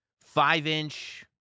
five-inch